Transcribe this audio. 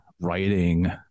writing